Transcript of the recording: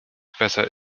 besser